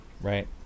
right